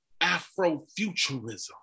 Afrofuturism